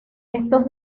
estos